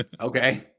Okay